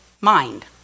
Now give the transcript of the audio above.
mind